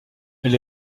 elle